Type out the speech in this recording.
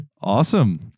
Awesome